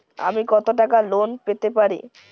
আমি কত টাকা লোন পেতে পারি?